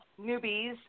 newbies